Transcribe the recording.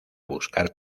buscar